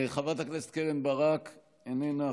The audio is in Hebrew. חברת הכנסת קרן ברק, איננה.